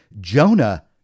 Jonah